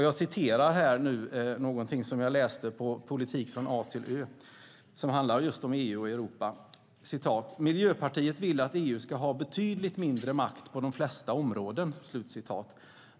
Jag citerar någonting som jag läste på Vår politik A-Ö : "Miljöpartiet vill att EU ska ha betydligt mindre makt på de flesta områden -."